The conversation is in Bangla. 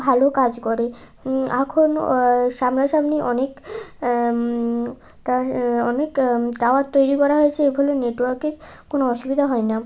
ভালো কাজ করে এখন সামনা সামনি অনেক তা অনেক টাওয়ার তৈরি করা হয়েছে এগুলি নেটওয়ার্কের কোনো অসুবিধা হয় না